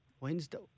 Wednesday